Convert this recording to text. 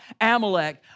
Amalek